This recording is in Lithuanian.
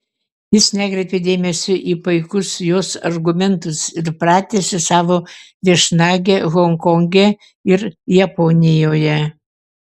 jis nekreipė dėmesio į paikus jos argumentus ir pratęsė savo viešnagę honkonge ir japonijoje